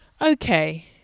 Okay